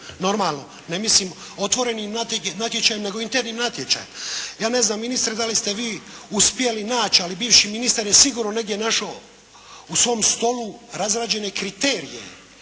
Normalno ne mislim otvorenim natječajem nego internim natječajem. Ja ne znam ministre da li ste vi uspjeli naći, ali bivši ministar je sigurno negdje našao u svom stolu razrađene kriterije